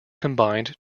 combined